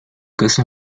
casa